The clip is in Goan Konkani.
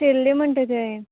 शेल्ली म्हणटा थंय